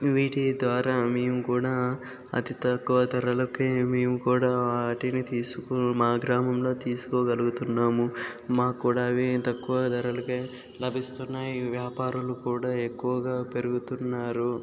వీటి ద్వారా మేము కూడా అతి తక్కువ ధరలకు మేము కూడా వాటిని తీసుకో మా గ్రామంలో తీసుకోగలుగుతున్నాము మా కూడా అవి తక్కువ ధరలకు లభిస్తున్నాయి వ్యాపారులు కూడా ఎక్కువగా పెరుగుతున్నారు